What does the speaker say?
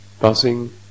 Buzzing